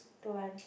don't want